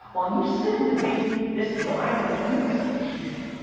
while you sit and debate this minor leagues shit,